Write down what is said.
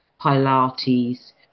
pilates